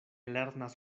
lernas